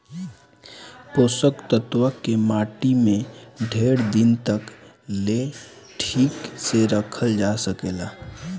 पोषक तत्व के माटी में ढेर दिन तक ले ठीक से रखल जा सकेला